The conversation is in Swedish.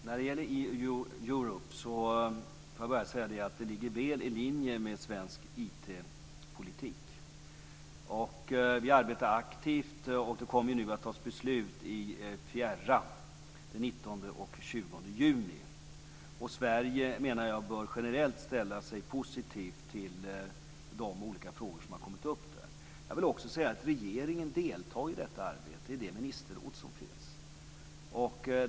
Fru talman! E-Europe ligger väl i linje med svensk IT-politik. Vi arbetar aktivt med detta, och det kommer att fattas beslut i Feira den 19 och 20 juni. Jag menar att Sverige generellt bör ställa sig positivt till de olika frågor som har kommit upp. Jag vill också säga att regeringen deltar i detta arbete i det ministerråd som finns.